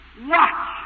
Watch